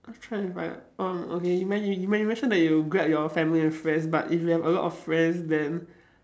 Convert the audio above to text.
ah try to fight out um okay you men~ you men~ mention you grab your family and friends but if you have a lot of friends then